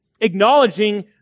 acknowledging